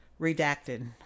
Redacted